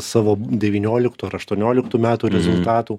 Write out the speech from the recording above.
savo devynioliktų ar aštuonioliktų metų rezultatų